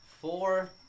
four